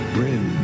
Bring